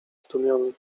zdumiony